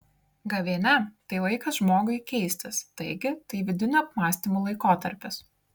gavėnia tai laikas žmogui keistis taigi tai vidinių apmąstymų laikotarpis